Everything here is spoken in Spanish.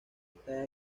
está